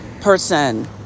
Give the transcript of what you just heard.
person